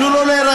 תנו לו להירגע.